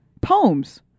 Poems